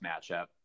matchup